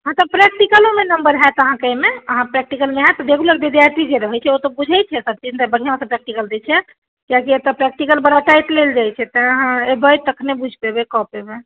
हँ तऽ प्रैक्टिकलोमे नम्बर होयत अहाँकेँ एहिमे अहाँ प्रैक्टिकलमे आयब रेग्युलर विद्यार्थी जे रहैत छै ओ तऽ बुझैत छै सब चीज बढ़िआँसँ प्रैक्टिकल दै छै किआ तऽ एतऽ प्रैक्टिकल बड़ा टाइट लेल जाइत छै तै अहाँ अयबै तखने बुझि पयबै कऽ पयबै